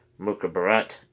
mukhabarat